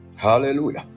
hallelujah